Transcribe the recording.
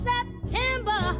September